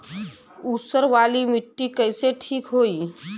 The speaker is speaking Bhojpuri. ऊसर वाली मिट्टी कईसे ठीक होई?